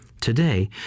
today